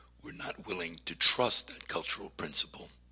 we're not willing to trust that cultural principle,